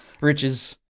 Riches